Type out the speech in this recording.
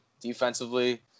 Defensively